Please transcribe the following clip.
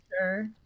sure